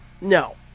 No